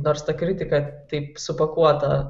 nors ta kritika taip supakuota